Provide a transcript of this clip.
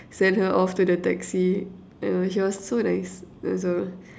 send her off to the taxi uh she was so nice uh so